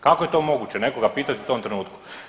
Kako je to moguće nekoga pitati u tom trenutku?